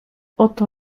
oto